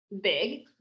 big